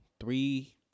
three